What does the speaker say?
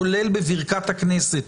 כולל בברכת הכנסת.